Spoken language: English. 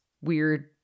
weird